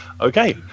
Okay